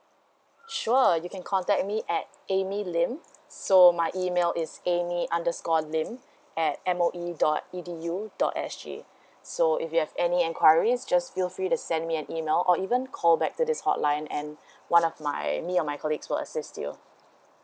sure you can contact me at amy lim so my email is amy underscore lim at M O E dot E D U dot S G so if you have any enquiries just feel free to send me an email or even call back to this hotline and one of my me or my colleagues will assist you